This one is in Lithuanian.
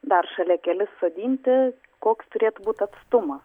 dar šalia kelis sodinti koks turėtų būt atstumas